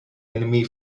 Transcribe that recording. enemy